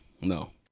No